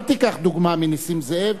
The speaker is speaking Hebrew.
אל תיקח דוגמה מנסים זאב.